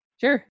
Sure